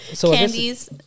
Candies